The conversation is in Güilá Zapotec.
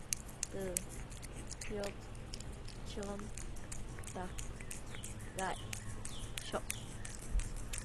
Thë, tiop, txon, tap, gái, xóp.